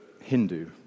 Hindu